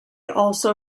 also